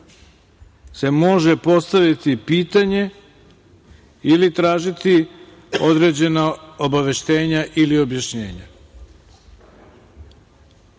se može postaviti pitanje ili tražiti određena obaveštenja ili objašnjenja.